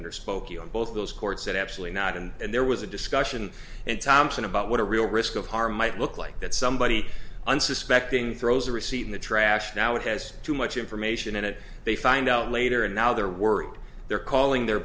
under spokeo both of those court said absolutely not and there was a discussion in thompson about what a real risk of harm might look like that somebody unsuspecting throws a receipt in the trash now it has too much information in it they find out later and now they're worried they're calling their